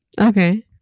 okay